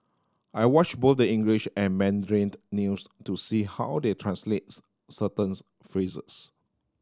I watch both the English and Mandarin news to see how they translates certain phrases